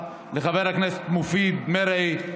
לחבר הכנסת מופיד מרעי,